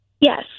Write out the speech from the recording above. Yes